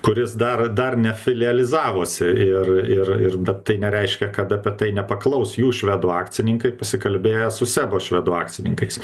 kuris dar dar nefilializavosi ir ir ir bet tai nereiškia kad apie tai nepaklaus jų švedų akcininkai pasikalbėję su sebo švedų akcininkais